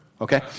Okay